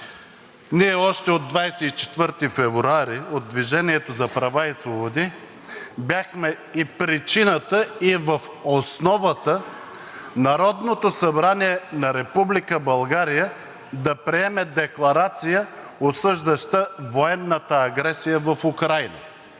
Ние още от 24 февруари от „Движение за права и свободи“ бяхме и причината, и в основата Народното събрание на Република България да приеме Декларация, осъждаща военната агресия в Украйна.